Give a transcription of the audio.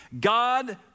God